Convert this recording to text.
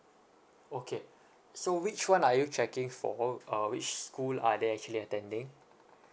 okay so which one are you checking for uh which school are they actually attending